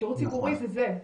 שירות ציבורי זה זה,